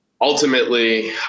ultimately